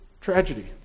tragedy